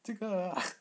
这个